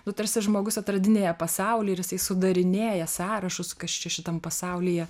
nu tarsi žmogus atradinėja pasaulį ir jisai sudarinėja sąrašus kas čia šitam pasaulyje